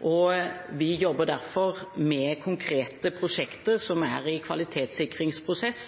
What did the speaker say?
og vi jobber derfor med konkrete prosjekter som er i kvalitetssikringsprosess,